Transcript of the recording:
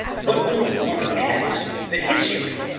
but when we look at the history,